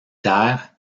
taire